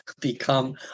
become